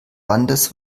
landes